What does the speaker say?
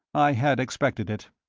i had expected it.